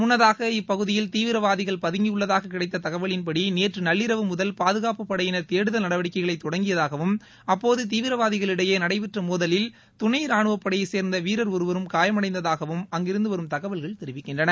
முன்னதாக இப்பகுதியில் தீவிரவாதிகள் பதுங்கியுள்ளதாக கிடைத்த தகவலின்படி நேற்று நள்ளிரவு முதல் பாதுகாப்புப்படையினர் தேடுதல் நடவடிக்கைகளை தொடங்கியதாகவும் அப்போது தீவிரவாதிகளுக்கிடையே நடைபெற்ற மோதலில் துணை ராணுவப்படையைச்சேர்ந்த வீரர் ஒருவர் காயமடைந்ததாகவும் அங்கிருந்து வரும் தகவல்கள் தெரிவிக்கின்றன